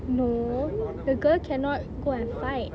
no the girl cannot go and fight